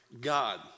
God